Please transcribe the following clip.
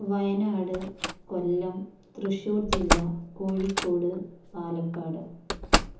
വയനാട് കൊല്ലം തൃശ്ശൂർ ജില്ല കോഴിക്കോട് പാലക്കാട്